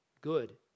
good